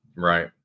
Right